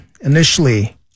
Initially